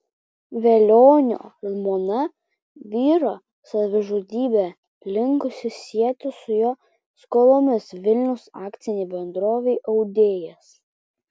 velionio žmona vyro savižudybę linkusi sieti su jo skolomis vilniaus akcinei bendrovei audėjas